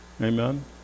amen